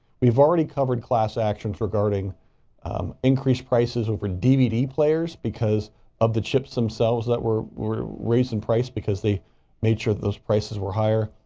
we've already covered class actions regarding increased prices over dvd players because of the chips themselves that were, were raised in price because they made sure that those prices were higher.